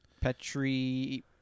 Petri